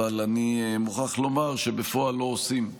אבל אני מוכרח לומר שבפועל לא עושים.